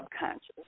subconscious